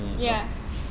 ya